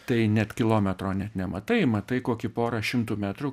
tai net kilometro net nematai matai kokį porą šimtų metrų